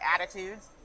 attitudes